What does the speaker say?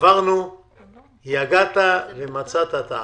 יגעת ומצאת תאמין.